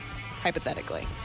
hypothetically